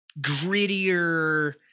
grittier